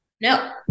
No